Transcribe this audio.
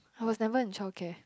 I was never in child care